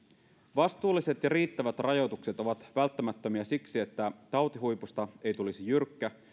vastuulliset ja riittävät rajoitukset ovat välttämättömiä siksi että tautihuipusta ei tulisi jyrkkä